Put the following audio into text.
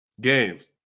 games